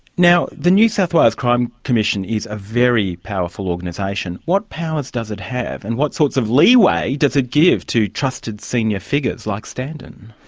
now, the new south wales crime commission is a very powerful organisation. what powers does it have, and what sorts of leeway does it give to trusted senior figures like standen?